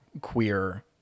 queer